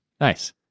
Nice